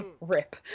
Rip